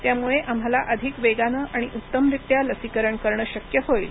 त्यामुळे आम्हाला अधिक वेगानं आणि उत्तमरित्या लसीकरण करणं शक्य होईल